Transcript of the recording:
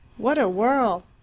what a whirl!